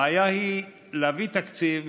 הבעיה היא להביא תקציב,